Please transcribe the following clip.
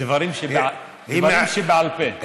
דברים שבעל פה.